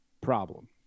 problem